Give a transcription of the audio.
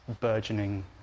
burgeoning